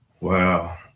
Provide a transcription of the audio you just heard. Wow